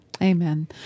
Amen